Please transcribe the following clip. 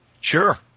Sure